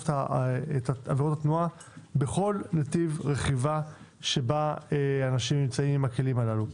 את עבירות התנועה בכל נתיב רכיבה שבו אנשים נמצאים עם הכלים הללו.